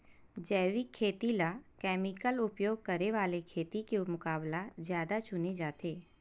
जैविक खेती ला केमिकल उपयोग करे वाले खेती के मुकाबला ज्यादा चुने जाते